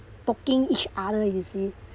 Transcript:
poking each other you see